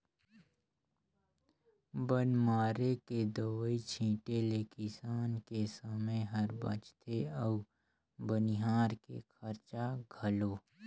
बन मारे के दवई छीटें ले किसान के समे हर बचथे अउ बनिहार के खरचा घलो